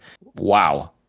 Wow